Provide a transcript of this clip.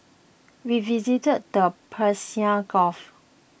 we visited the Persian Gulf